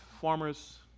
farmers